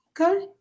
Okay